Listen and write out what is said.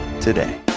today